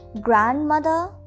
Grandmother